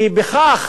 כי בכך